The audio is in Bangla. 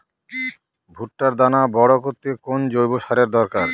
ভুট্টার দানা বড় করতে কোন জৈব সারের দরকার?